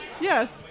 Yes